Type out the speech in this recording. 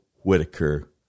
Whitaker